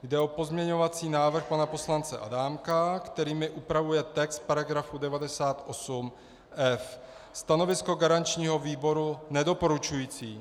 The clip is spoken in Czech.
Jde o pozměňovací návrh pana poslance Adámka, kterým upravuje text § 98f. Stanovisko garančního výboru nedoporučující.